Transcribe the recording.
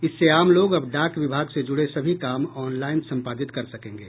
इससे आम लोग अब डाक विभाग से जुड़े सभी काम ऑनलाईन सम्पादित कर सकेंगे